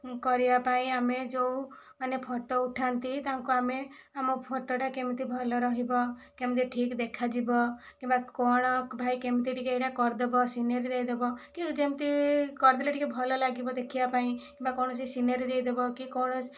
କରିବାପାଇଁ ଆମେ ଯେଉଁ ମାନେ ଫଟୋ ଉଠାନ୍ତି ତାଙ୍କୁ ଆମେ ଆମ ଫଟୋଟା କେମିତି ଭଲ ରହିବ କେମିତି ଠିକ୍ ଦେଖାଯିବ କିମ୍ବା କ'ଣ ଭାଇ କେମିତି ଟିକିଏ ଏଇଟା କରିଦେବ ସିନେରି ଦେଇଦେବ କି ଯେମିତି କରିଦେଲେ ଟିକିଏ ଭଲ ଲାଗିବ ଦେଖିବାପାଇଁ ବା କୌଣସି ସିନେରି ଦେଇଦବ କି କ'ଣ